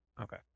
Okay